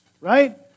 right